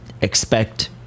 expect